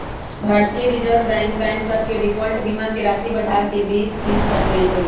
भारतीय reserve bank bank सभ के डिफॉल्ट बीमा के राशि बढ़ा कऽ बीस हिस क देल्कै